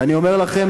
ואני אומר לכם,